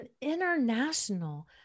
international